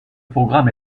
programme